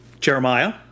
Jeremiah